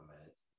minutes